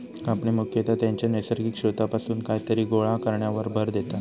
कापणी मुख्यतः त्याच्या नैसर्गिक स्त्रोतापासून कायतरी गोळा करण्यावर भर देता